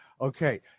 Okay